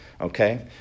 Okay